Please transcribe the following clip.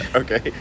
okay